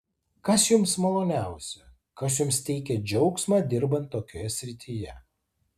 kas jums maloniausia kas jums teikią džiaugsmą dirbant tokioje srityje